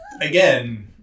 again